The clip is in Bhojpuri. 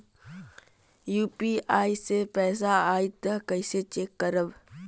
यू.पी.आई से पैसा आई त कइसे चेक करब?